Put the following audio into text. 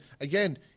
again –